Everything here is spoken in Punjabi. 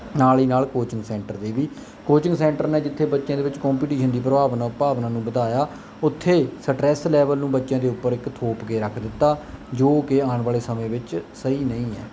ਨਾਲ ਈ ਨਾਲ ਕੋਚਿੰਗ ਸੈਂਟਰ ਦੇ ਵੀ ਕੋਚਿੰਗ ਸੈਂਟਰ ਨੇ ਜਿੱਥੇ ਬੱਚਿਆਂ ਦੇ ਵਿੱਚ ਕੋਂਪੀਟੀਸ਼ਨ ਦੀ ਪ੍ਰਭਾਵ ਨਾ ਭਾਵਨਾ ਨੂੰ ਵਧਾਇਆ ਉੱਥੇ ਸਟਰੈਸ ਲੈਵਲ ਨੂੰ ਬੱਚਿਆਂ ਦੇ ਉੱਪਰ ਇੱਕ ਥੋਪ ਕੇ ਰੱਖ ਦਿੱਤਾ ਜੋ ਕਿ ਆਣ ਵਾਲੇ ਸਮੇਂ ਵਿੱਚ ਸਹੀ ਨਹੀਂ ਐ